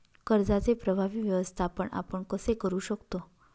कर्जाचे प्रभावी व्यवस्थापन आपण कसे करु शकतो?